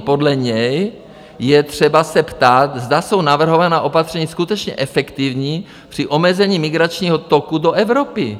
Podle něj je třeba se ptát, zda jsou navrhovaná opatření skutečně efektivní při omezení migračního toku do Evropy.